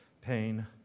pain